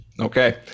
Okay